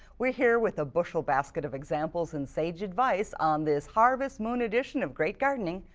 we're here with a bushel basket of examples and sage advice, on this harvest moon edition of great gardening,